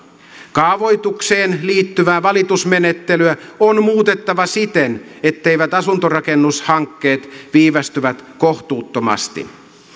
kaavoitukseen liittyvää valitusmenettelyä on muutettava siten etteivät asuntorakennushankkeet viivästy kohtuuttomasti